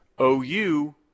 OU